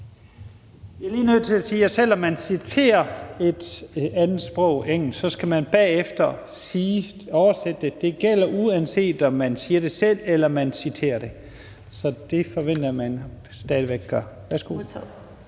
Jeg er lige nødt til at sige, at selv om man citerer et andet sprog, engelsk, så skal man bagefter oversætte det, og det gælder, uanset om man siger det selv eller man citerer det. Så det forventer jeg at man stadig væk gør (Rosa